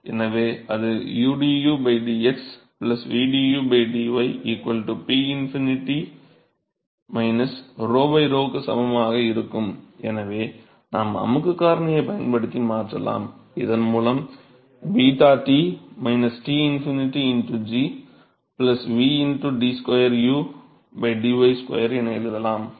எனவே அது udu dx vdu dy 𝞺∞ 𝞺 𝞺 க்கு சமமாக இருக்கும் எனவே நாம் அமுக்குக் காரணியைப் பயன்படுத்தி மாற்றலாம் இதன் மூலம் நாம் 𝞫 T T∞g 𝝂d2 u d y2 என எழுதலாம்